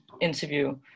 interview